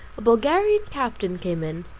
a bulgarian captain came in,